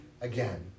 again